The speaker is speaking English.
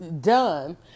done